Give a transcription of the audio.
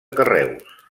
carreus